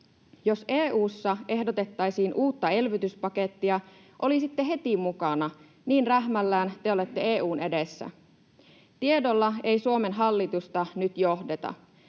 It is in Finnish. Jos EU:ssa ehdotettaisiin uutta elvytyspakettia, olisitte heti mukana, niin rähmällään te olette EU:n edessä. Tiedolla ei Suomen hallitusta nyt johdeta.